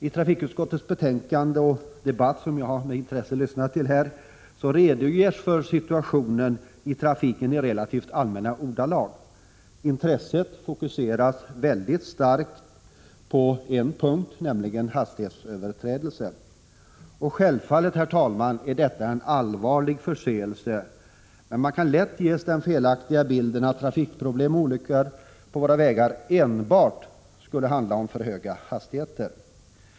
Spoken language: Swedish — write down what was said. I trafikutskottets betänkande och i den debatt som jag med intresse här har lyssnat till redogörs för situationen i trafiken i relativt allmänna ordalag. Intresset fokuseras mycket starkt till en punkt, nämligen hastighetsöverträdelser. Självfallet, herr talman, är detta en allvarlig förseelse, men man kan lätt ges den felaktiga bilden att trafikproblemen och olyckor på våra vägar enbart skulle handla om för höga hastigheter.